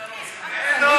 אין.